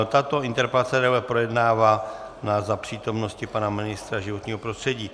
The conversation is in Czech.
Tato interpelace bude projednávána za přítomnosti pana ministra životního prostředí.